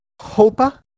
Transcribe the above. Hopa